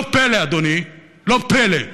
לא פלא,